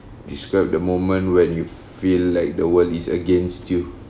describe the moment when you feel like the world is against you